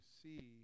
see